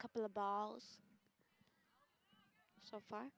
a couple of balls so far